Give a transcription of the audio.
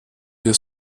wir